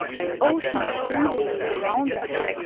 the ocean of evil that surrounds us,